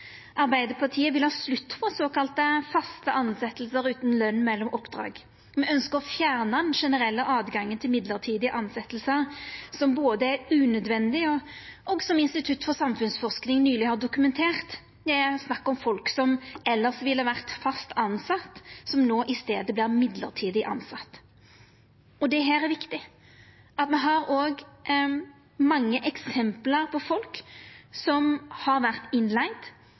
Arbeidarpartiet vil ha slutt på såkalla faste tilsetjingar utan løn mellom oppdrag. Me ønskjer å fjerna det generelle høvet til mellombels tilsetjing, som både er unødvendig, og som Institutt for samfunnsforsking nyleg har dokumentert. Det er snakk om folk som elles ville vore fast tilsette, som no i staden vert mellombels tilsette. Dette er viktig. Me har òg mange eksempel på folk som har vore